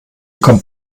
kommt